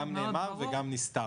גם נאמר וגם נסתר.